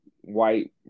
white